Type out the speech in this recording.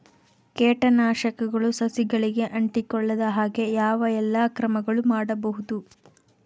ಕೇಟನಾಶಕಗಳು ಸಸಿಗಳಿಗೆ ಅಂಟಿಕೊಳ್ಳದ ಹಾಗೆ ಯಾವ ಎಲ್ಲಾ ಕ್ರಮಗಳು ಮಾಡಬಹುದು?